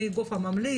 מי הגוף הממליץ.